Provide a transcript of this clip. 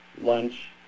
lunch